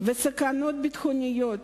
וסכנות ביטחוניות